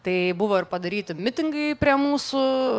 tai buvo ir padaryti mitingai prie mūsų